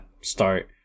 start